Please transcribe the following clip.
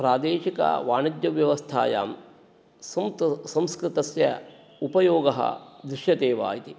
प्रादेशिकवाणिज्यव्यवस्थायां संस्कृतस्य उपयोगः दृश्यते वा इति